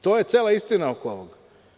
To je cela istina oko ovoga.